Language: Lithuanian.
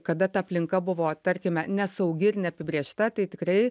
kada ta aplinka buvo tarkime nesaugi ir neapibrėžta tai tikrai